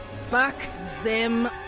fuck. zem.